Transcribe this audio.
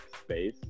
space